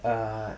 err